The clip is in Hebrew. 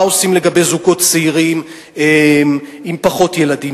מה עושים לגבי זוגות צעירים עם פחות ילדים,